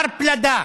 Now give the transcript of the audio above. הר פלדה